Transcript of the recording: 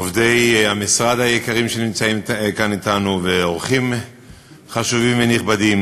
עובדי המשרד היקרים שנמצאים כאן אתנו ואורחים חשובים ונכבדים,